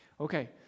Okay